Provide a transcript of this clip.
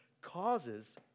causes